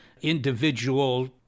individual